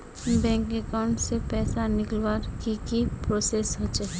Bank account से पैसा निकालवर की की प्रोसेस होचे?